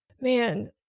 Man